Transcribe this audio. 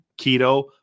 keto